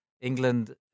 England